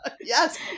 yes